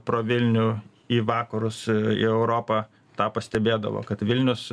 pro vilnių į vakarus į europą tą pastebėdavo kad vilnius